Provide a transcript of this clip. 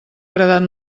agradat